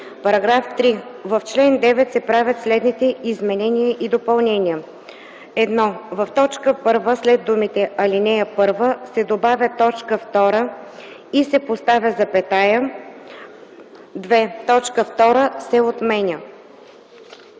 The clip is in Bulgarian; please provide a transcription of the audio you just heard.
§ 3: „§ 3. В чл. 9 се правят следните изменения и допълнения: 1. В т. 1 след думите „ал. 1” се добавя „т. 2” и се поставя запетая. 2. Точка 2 се отменя.”